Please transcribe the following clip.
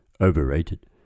overrated